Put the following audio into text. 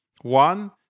One